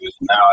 Now